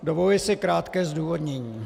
Dovoluji si krátké zdůvodnění.